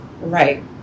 Right